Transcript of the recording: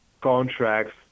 contracts